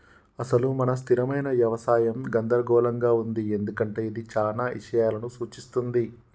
అసలు మన స్థిరమైన యవసాయం గందరగోళంగా ఉంది ఎందుకంటే ఇది చానా ఇషయాలను సూఛిస్తుంది